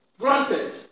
granted